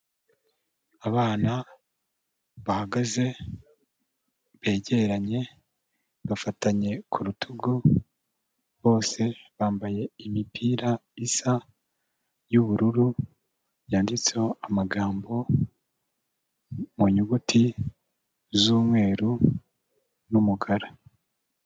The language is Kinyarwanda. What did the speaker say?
Abana bahagaze begeranya bafitanye ku rutugu, bose bambaye imipira isa y'ubururu yanditseho amagambo mu nyuguti z'umweru n'umukara.